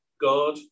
God